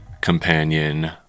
companion